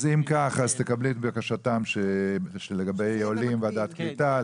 אם כך קבלי את בקשתם שלגבי עולים ועדת קליטה,